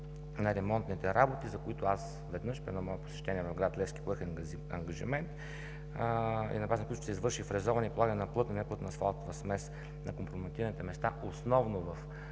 на ремонтните работи, за които аз веднъж при едно мое посещение в град Левски поех ангажимент, е на база, на която ще се извърши фрезоване и полагане на плътна и неплътна асфалтова смес на компрометираните места, основно в